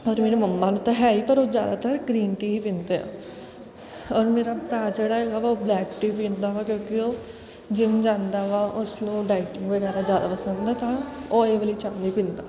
ਔਰ ਮੇਰੇ ਮੰਮਾ ਨੂੰ ਤਾਂ ਹੈ ਹੀ ਪਰ ਉਹ ਜ਼ਿਆਦਾਤਰ ਗਰੀਨ ਟੀ ਹੀ ਪੀਂਦੇ ਆ ਔਰ ਮੇਰਾ ਭਰਾ ਜਿਹੜਾ ਹੈਗਾ ਉਹ ਬਲੈਕ ਟੀ ਪੀਂਦਾ ਵਾ ਕਿਉਂਕਿ ਉਹ ਜਿਮ ਜਾਂਦਾ ਵਾ ਉਸਨੂੰ ਡਾਇਟਿੰਗ ਵਗੈਰਾ ਜ਼ਿਆਦਾ ਪਸੰਦ ਹੈ ਤਾਂ ਉਹ ਇਹ ਵਾਲੀ ਚਾਹ ਨਹੀ ਪੀਂਦਾ